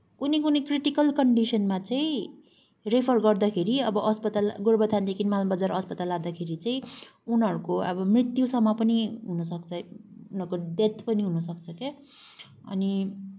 कुनै कुनै क्रिटिकल कन्डिसनमा चाहिँ रेफर गर्दाखेरि अब अस्पताल गोरुबथानदेखि मालबजार अस्पताल लाँदाखेरि चाहिँ उनीहरूको अब मृत्युसम्म पनि हुनसक्छ उनीहरूको डेथ पनि हुनसक्छ के अनि